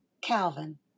Calvin